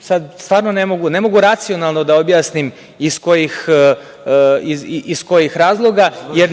sada stvarno ne mogu racionalno da objasnim iz kojih razloga, jer